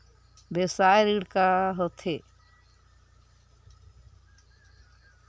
व्यवसाय ऋण का होथे?